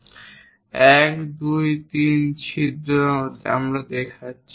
1 2 3 ছিদ্র আমরা দেখাচ্ছে